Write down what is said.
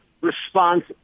response